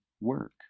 work